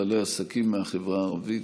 בעלי עסקים מהחברה הערבית.